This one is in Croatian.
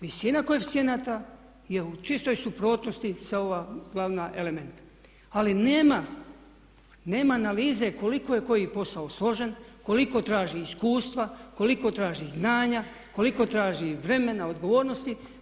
Visina koeficijenata je u čistoj suprotnosti sa ova dva glavna elementa, ali nema analize koliko je koji posao složen, koliko traži iskustva, koliko traži znanja, koliko traži vremena, odgovornosti.